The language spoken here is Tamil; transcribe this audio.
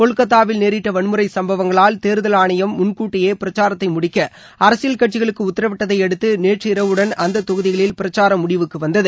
கொல்கத்தாவில் நேரிட்ட வள்முறை சம்பவங்களால்தேர்தல் ஆணையம் முன்கூட்டியே பிரச்சாரத்தை முடிக்க அரசியல் கட்சிகளுக்கு உத்தரவிட்டதை அடுத்து நேற்றிரவுடன் அந்த தொகுதிகளில் பிரச்சாரம் முடிவுக்கு வந்தது